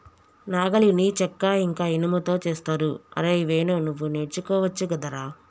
నాగలిని చెక్క ఇంక ఇనుముతో చేస్తరు అరేయ్ వేణు నువ్వు నేర్చుకోవచ్చు గదరా